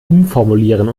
umformulieren